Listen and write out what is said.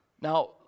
Now